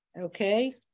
okay